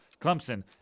Clemson